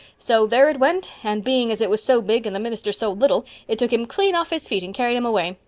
so there it went, and, being as it was so big and the minister so little, it took him clean off his feet and carried him away.